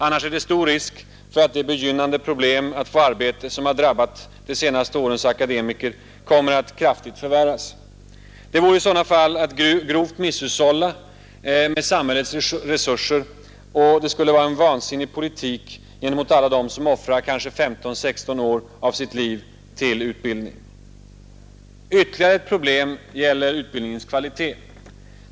Annars är det stor risk för att de begynnande problem att få arbeten, som har drabbat de senaste årens akademiker, kommer att kraftigt förvärras. Det vore att grovt misshushålla med samhällets resurser, och det skulle vara en vansinnig politik gentemot alla dem som offrar kanske 15—16 år av sitt liv till utbildning. Ytterligare ett problem gäller utbildningens kvalitet.